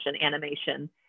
animation